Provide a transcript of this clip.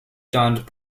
dawned